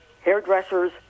hairdressers